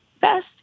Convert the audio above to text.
best